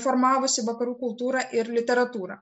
formavusi vakarų kultūrą ir literatūrą